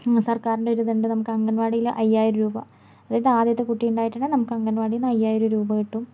സർക്കാരിൻ്റെ ഒരു ഇതുണ്ട് നമുക്ക് അംഗൻവാടിയിൽ അയ്യായിരം രൂപ അതായത് ആദ്യത്തെ കുട്ടി ഉണ്ടായിട്ടുണ്ടെങ്കിൽ നമുക്ക് അംഗൻവാടീന്ന് അയ്യായിരം രൂപ കിട്ടും